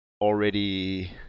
already